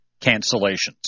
cancellations